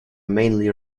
mainly